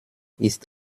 ist